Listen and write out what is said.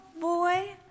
boy